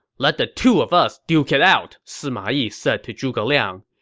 let the two of us duke it out, sima yi said to zhuge liang.